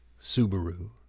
Subaru